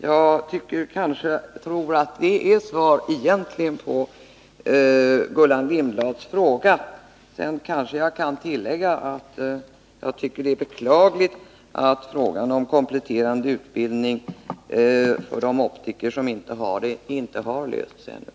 Jag tror att det egentligen är svar på Gullan Lindblads fråga. Sedan kanske jag kan tillägga att jag tycker att det är beklagligt att frågan om kompletterande utbildning för de optiker som saknar sådan inte har lösts ännu.